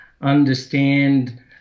understand